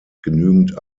genügend